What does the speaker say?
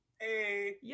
Hey